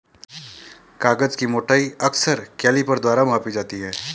कागज की मोटाई अक्सर कैलीपर द्वारा मापी जाती है